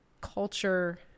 culture